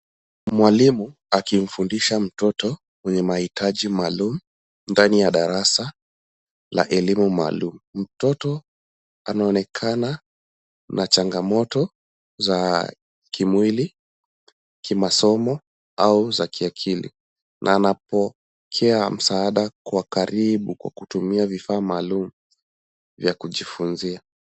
Mwalimu akimfundisha mtoto mwenye mahitaji maalum ndani ya darasa la elimu maalum. Mtoto anaonekana na chagamoto za kimwili, kimasomo au za kiakili na anapokea msaada kwa karibu kwa kutumia vifaa maalum vya kujifuzia.